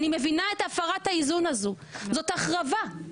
אני מבינה את הפרת האיזון הזו, זאת החרבה.